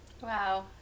Wow